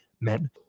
men